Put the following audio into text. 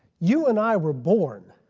you and i were born,